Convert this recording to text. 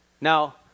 Now